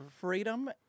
freedom